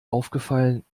aufgefallen